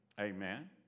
Amen